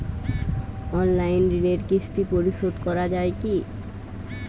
Online ঋণের কিস্তি পরিশোধ করা যায় কি?